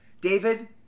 David